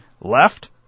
Left